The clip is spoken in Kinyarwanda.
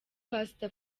pastor